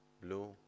blue